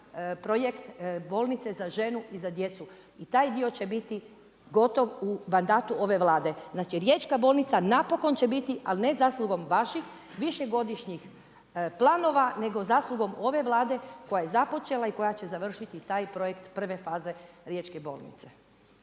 projekt bolnice za ženu i za djecu. I taj dio će biti gotov u mandatu ove Vlade. Znači riječka bolnica napokon će biti, ali ne zaslugom vaših višegodišnjih planova nego zaslugom ove Vlade koja je započela i koja će završiti taj projekt 1. faze riječke bolnice.